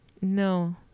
no